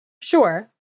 Sure